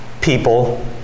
people